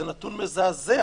זה נתון מזעזע,